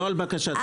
לא על בקשת פטור.